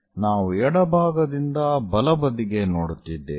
ನಾವು ಎಡಭಾಗದಿಂದ ಬಲ ಬದಿಗೆ ನೋಡುತ್ತಿದ್ದೇವೆ